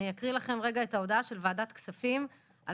אני אקריא לכם את ההודעה של וועדת כספים על